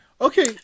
Okay